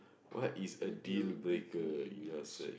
what is a dealbreaker in your search